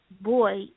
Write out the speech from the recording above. boy